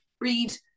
read